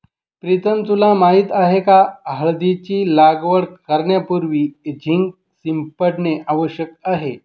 प्रीतम तुला माहित आहे का हळदीची लागवड करण्यापूर्वी झिंक शिंपडणे आवश्यक आहे